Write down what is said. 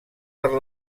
per